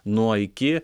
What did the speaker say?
nuo iki